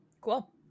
Cool